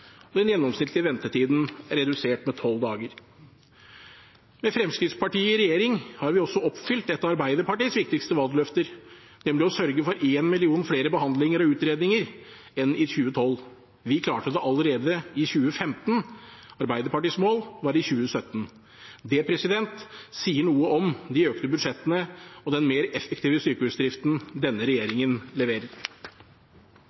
og den gjennomsnittlige ventetiden er redusert med tolv dager. Med Fremskrittspartiet i regjering har vi også oppfylt et av Arbeiderpartiets viktigste valgløfter, nemlig å sørge for en million flere behandlinger og utredninger enn i 2012. Vi klarte det allerede i 2015. Arbeiderpartiets mål var i 2017. Det sier noe om de økte budsjettene og den mer effektive sykehusdriften denne